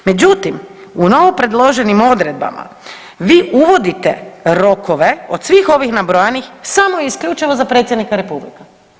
Međutim, u novopredloženim odredbama vi uvodite rokove od svih ovih nabrojanih samo isključivo za predsjednika republike.